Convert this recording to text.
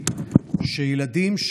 היא שילדים,